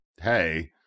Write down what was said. hey